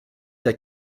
der